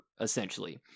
essentially